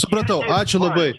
supratau ačiū labai